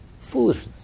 foolishness